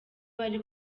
bari